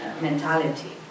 mentality